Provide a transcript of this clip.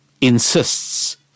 insists